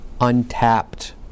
untapped